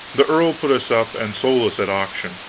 the earl put us up and sold us at auction.